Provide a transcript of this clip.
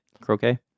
Croquet